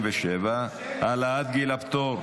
27) (העלאת גיל הפטור,